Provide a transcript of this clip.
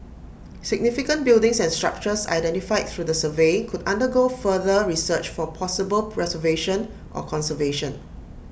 significant buildings and structures identified through the survey could undergo further research for possible preservation or conservation